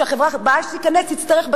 החברה הבאה שתיכנס תצטרך,